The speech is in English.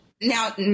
now